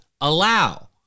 allow